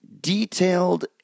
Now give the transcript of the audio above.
detailed